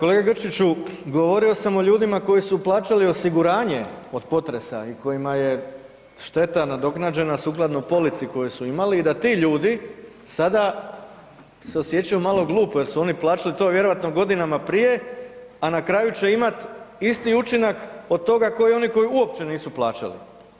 Kolega Grčiću, govorio sam o ljudima koji su plaćali osiguranje od potresa i kojima je šteta nadoknađena sukladno polici koju su imali i da ti ljudi sada se osjećaju malo glupo jer su oni plaćali to vjerojatno godinama prije, a na kraju će imati isti učinak od toga kao oni koji uopće nisu plaćali.